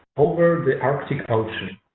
over the arctic ocean